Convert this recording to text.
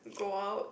go out